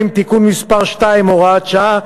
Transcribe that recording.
20) (תיקון מס' 2, הוראת שעה),